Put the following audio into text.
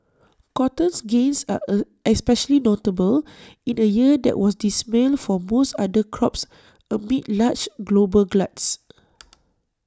cotton's gains are especially notable in A year that was dismal for most other crops amid large global gluts